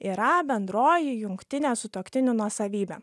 yra bendroji jungtinė sutuoktinių nuosavybė